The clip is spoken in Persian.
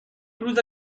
روز